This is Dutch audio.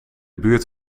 buurt